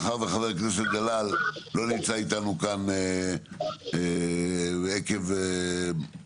מאחר וחבר הכנסת דלל לא נמצא איתנו כאן עקב קורונה,